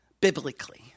biblically